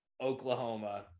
Oklahoma